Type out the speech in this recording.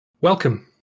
Welcome